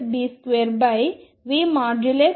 ఇది vB2vA2 వేగం అవుతుంది